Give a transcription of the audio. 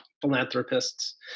philanthropists